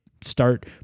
start